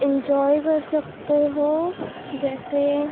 enjoy کر سکتے ہو جیسے